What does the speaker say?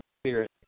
spirit